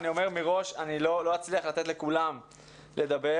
אני אומר מראש, לא אצליח לתת לכולם לדבר.